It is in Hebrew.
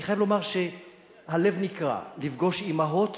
אני חייב לומר שהלב נקרע, לפגוש אמהות